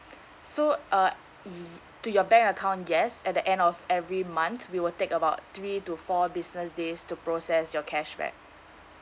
so uh ye~ to your bank account yes at the end of every month we will take about three to four business days to process your cashback